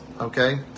Okay